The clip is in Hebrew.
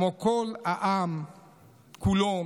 כמו כל העם כולו,